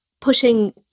pushing